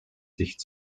sicht